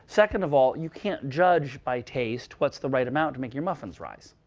second of all, you can't judge by taste what's the right amount to make your muffins rise.